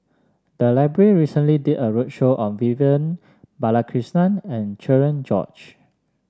the library recently did a roadshow on Vivian Balakrishnan and Cherian George